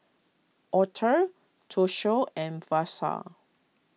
Aurthur Toshio and Versa